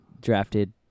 drafted –